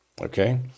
Okay